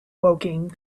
woking